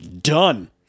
done